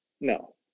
No